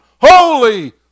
Holy